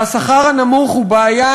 והשכר הנמוך הוא בעיה